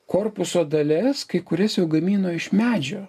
korpuso dales kai kurias jau gamino iš medžio